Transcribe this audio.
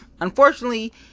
unfortunately